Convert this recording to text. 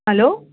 hello